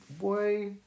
boy